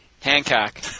Hancock